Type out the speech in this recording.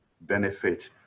benefit